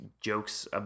jokes –